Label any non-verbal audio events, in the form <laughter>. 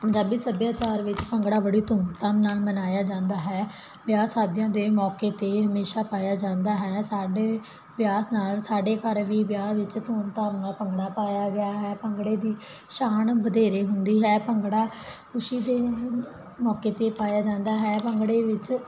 ਪੰਜਾਬੀ ਸੱਭਿਆਚਾਰ ਵਿੱਚ ਭੰਗੜਾ ਬੜੀ ਧੂਮਧਾਮ ਨਾਲ ਮਨਾਇਆ ਜਾਂਦਾ ਹੈ ਵਿਆਹ ਸ਼ਾਦੀਆਂ ਦੇ ਮੌਕੇ 'ਤੇ ਇਹ ਹਮੇਸ਼ਾ ਪਾਇਆ ਜਾਂਦਾ ਹੈ ਸਾਡੇ <unintelligible> ਨਾਲ ਸਾਡੇ ਘਰ ਵੀ ਵਿਆਹ ਵਿੱਚ ਧੂੰਮਧਾਮ ਨਾਲ ਭੰਗੜਾ ਪਾਇਆ ਗਿਆ ਹੈ ਭੰਗੜੇ ਦੀ ਸ਼ਾਨ ਵਧੇਰੇ ਹੁੰਦੀ ਹੈ ਭੰਗੜਾ ਖੁਸ਼ੀ ਦੇ ਮੌਕੇ 'ਤੇ ਪਾਇਆ ਜਾਂਦਾ ਹੈ ਭੰਗੜੇ ਵਿੱਚ